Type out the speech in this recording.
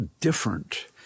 different